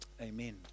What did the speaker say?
Amen